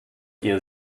ihr